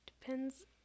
Depends